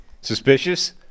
Suspicious